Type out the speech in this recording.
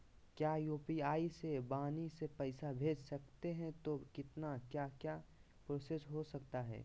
क्या यू.पी.आई से वाणी से पैसा भेज सकते हैं तो कितना क्या क्या प्रोसेस हो सकता है?